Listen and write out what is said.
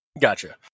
Gotcha